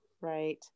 Right